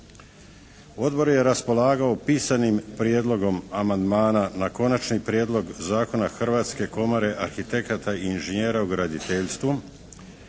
Odbor je raspolagao pisanim prijedlogom amandmana na Konačni prijedlog zakona Hrvatske komore arhitekata i inžinjera u graditeljstvu,